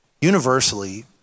universally